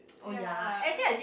ya